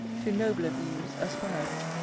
to nobler views aspires.